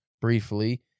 briefly